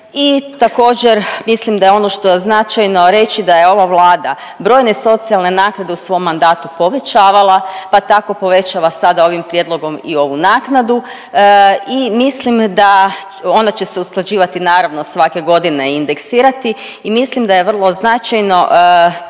I također mislim da je ono što je značajno reći da je ova Vlada brojne socijalne naknade u svom mandatu povećavala, pa tako povećava sada ovim prijedlogom i ovu naknadu i mislim da, ona će se usklađivati naravno svake godine i indeksirati. I mislim da je vrlo značajno to